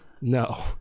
No